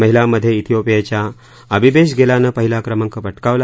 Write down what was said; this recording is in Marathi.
महिलांमधे थिओपियाच्या अबिबेज गेलानं पहिला क्रमांक पटकावला